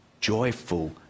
joyful